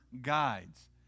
guides